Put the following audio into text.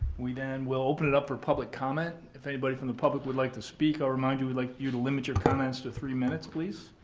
we then will open it up for public comment. if anybody from the public would like to speak, i'll remind you we'd like you to limit your comments to three minutes please.